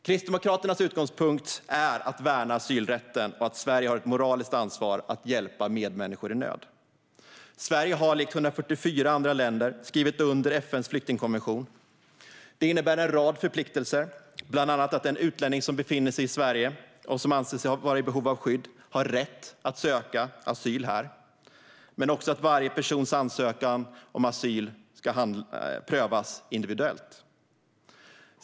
Kristdemokraternas utgångspunkt är att värna asylrätten och att Sverige har ett moraliskt ansvar att hjälpa medmänniskor i nöd. Sverige har likt 144 andra länder skrivit under FN:s flyktingkonvention. Det innebär en rad förpliktelser, bland annat att den utlänning som befinner sig i Sverige och som anser sig vara i behov av skydd har rätt att söka asyl här men också att varje persons ansökan om asyl ska prövas individuellt.